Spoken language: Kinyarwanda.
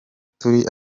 turi